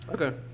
Okay